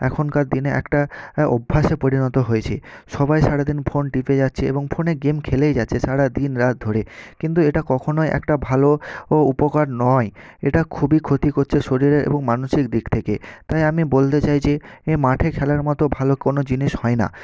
এখনকার দিনে একটা অভ্যাসে পরিণত হয়েছে সবাই সারাদিন ফোন টিপে যাচ্ছে এবং ফোনে গেম খেলেই যাচ্ছে সারা দিন রাত ধরে কিন্তু এটা কখনোই একটা ভালো ও উপকার নয় এটা খুবই ক্ষতি করছে শরীরের এবং মানসিক দিক থেকে তাই আমি বলতে চাই যে এ মাঠে খেলার মতো ভালো কোনও জিনিস হয় না